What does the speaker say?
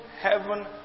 heaven